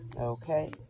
Okay